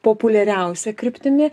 populiariausia kryptimi